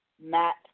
Matt